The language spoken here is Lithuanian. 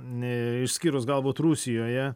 e išskyrus galbūt rusijoje